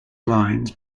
lines